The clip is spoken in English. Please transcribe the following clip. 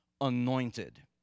anointed